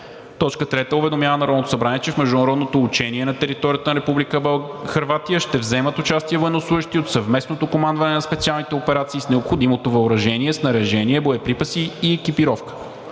Трето, уведомява Народното събрание, че в международното учение на територията на Република Хърватия ще вземат участие военнослужещи от съвместното командване на специалните операции с необходимото въоръжение, снаряжение, боеприпаси и екипировка.